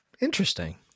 Interesting